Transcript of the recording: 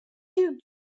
you